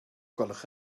gwelwch